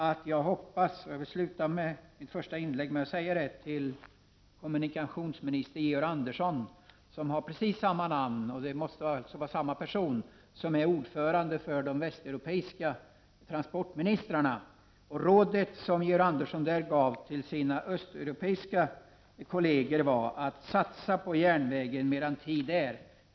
Jag vill avsluta mitt inledningsanförande i den här debatten med att till kommunikationsminister Georg Andersson — precis samma namn har ordföranden i rådet för de västeuropeiska transportministrarna, så jag utgår från att det är en och samma person — ge samma råd som Georg Andersson där gav till sina östeuropeiska kolleger: Satsa på järnvägen medan tid är!